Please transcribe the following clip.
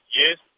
yes